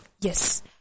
Yes